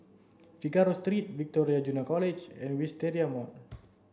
Figaro three Victoria Junior College and Wisteria Mall